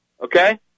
okay